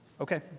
Okay